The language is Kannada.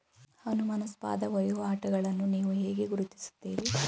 ಅನುಮಾನಾಸ್ಪದ ವಹಿವಾಟುಗಳನ್ನು ನೀವು ಹೇಗೆ ಗುರುತಿಸುತ್ತೀರಿ?